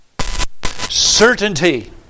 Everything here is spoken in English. Certainty